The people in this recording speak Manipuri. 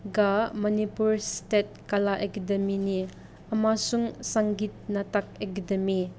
ꯒ ꯃꯅꯤꯄꯨꯔ ꯏꯁꯇꯦꯠ ꯀꯂꯥ ꯑꯦꯀꯥꯗꯦꯃꯤꯅꯤ ꯑꯃꯁꯨꯡ ꯁꯪꯒꯤꯠ ꯅꯥꯇꯛ ꯑꯦꯀꯥꯗꯦꯃꯤ